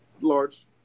Large